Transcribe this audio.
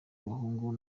abahungu